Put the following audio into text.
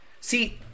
See